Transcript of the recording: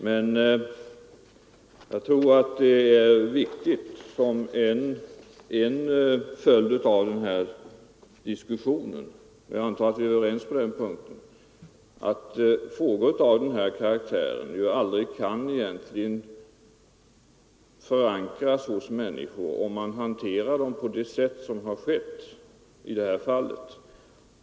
Men jag tror att det är viktigt som en följd av denna diskussion — och jag antar att vi är överens på den punkten — att frågor av den här karaktären egentligen aldrig kan förankras hos människor om man hanterar frågorna på det sätt som har skett i det här fallet.